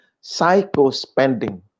psycho-spending